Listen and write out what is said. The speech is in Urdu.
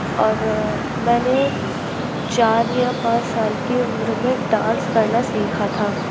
اور میں نے چار یا پانچ سال کی عمر میں ڈانس کرنا سیکھا تھا